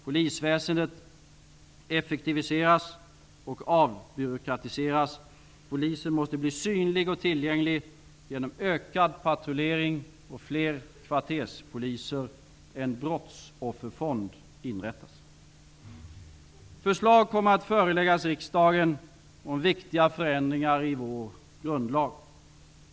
Polisväsendet effektiviseras och avbyråkratiseras. Polisen måste bli synlig och tillgänglig genom ökad patrullering och fler kvarterspoliser. Förslag kommer att föreläggas riksdagen om viktiga förändringar i vår grundlag.